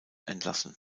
entlassen